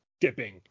dipping